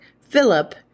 Philip